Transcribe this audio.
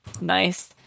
nice